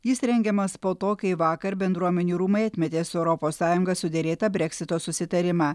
jis rengiamas po to kai vakar bendruomenių rūmai atmetė su europos sąjunga suderėtą breksito susitarimą